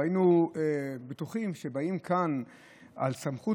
והיינו בטוחים שבאים לכאן לדבר על סמכות